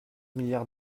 milliards